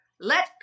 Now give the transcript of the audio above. Let